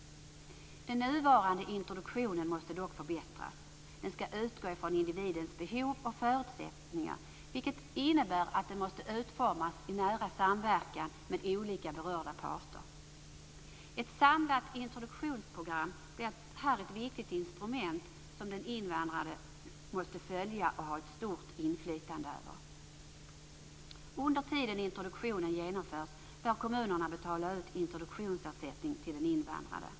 Den nuvarande introduktionen måste dock förbättras. Den skall utgå från individens behov och förutsättningar, vilket innebär att den måste utformas i nära samverkan med olika berörda parter. Ett samlat introduktionsprogram blir här ett viktigt instrument, som den invandrade måste följa och ha ett stort inflytande över. Under tiden introduktionen genomförs bör kommunerna betala ut introduktionsersättning till den invandrade.